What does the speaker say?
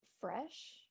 Fresh